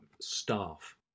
Staff